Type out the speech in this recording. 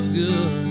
good